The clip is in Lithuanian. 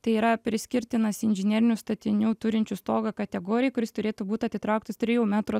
tai yra priskirtinas inžinerinių statinių turinčių stogą kategorijai kuris turėtų būt atitrauktas trijų metrų